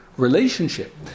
Relationship